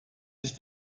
sich